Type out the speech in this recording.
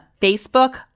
Facebook